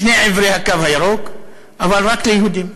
משני עברי הקו הירוק, אבל רק ליהודים.